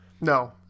No